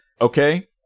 Okay